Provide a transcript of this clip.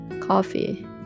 coffee